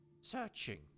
searching